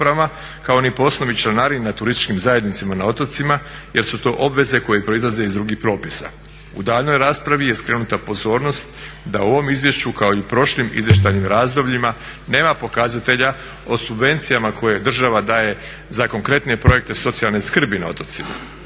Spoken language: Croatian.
kao ni po osnovi članarina turističkim zajednicama na otocima jer su to obveze koje proizlaze iz drugih propisa. U daljnjoj raspravi je skrenuta pozornost da u ovom izvješću kao i u prošlim izvještajnim razdobljima nema pokazatelja o subvencijama koje država daje za konkretne projekte socijalne skrbi na otocima.